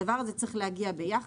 הדבר הזה צריך להגיע ביחד.